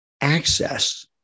access